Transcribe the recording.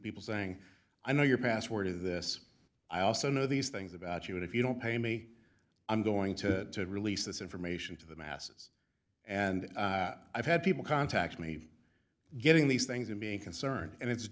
people saying i know your password or this i also know these things about you and if you don't pay me i'm going to release this information to the masses and i've had people contact me getting these things and being concerned and it's